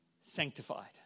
sanctified